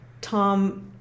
Tom